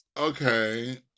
Okay